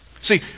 See